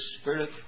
Spirit